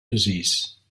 disease